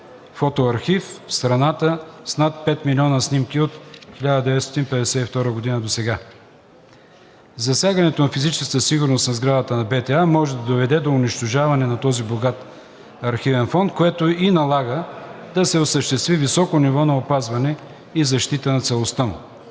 фотоархив в страната с над 5 млн. снимки от 1952 г. досега. Засягането на физическата сигурност на сградата на БТА може да доведе до унищожаване на този богат архивен фонд, което и налага да се осъществи високо ниво на опазване и защита на целостта му.